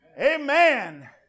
Amen